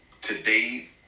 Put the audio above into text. today